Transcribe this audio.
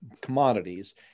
commodities